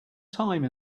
time